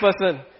person